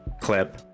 clip